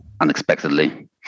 unexpectedly